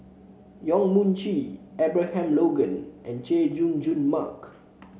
Yong Mun Chee Abraham Logan and Chay Jung Jun Mark